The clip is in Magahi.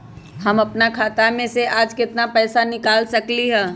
हम अपन खाता में से आज केतना पैसा निकाल सकलि ह?